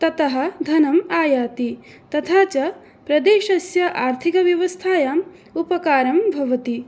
ततः धनम् आयाति तथा च प्रदेशस्य आर्थिकव्यवस्थायाम् उपकारं भवति